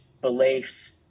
beliefs